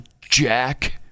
Jack